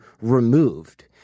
removed